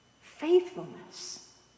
faithfulness